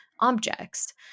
objects